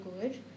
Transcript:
good